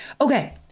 okay